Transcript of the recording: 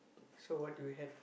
so what do we had